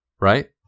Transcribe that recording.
Right